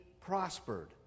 prospered